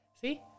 See